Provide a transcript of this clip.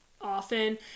often